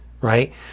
Right